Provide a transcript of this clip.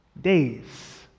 days